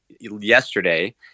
yesterday